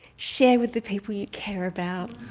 share with the people you care about.